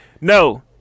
No